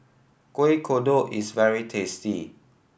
Kuih Kodok is very tasty